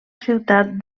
ciutat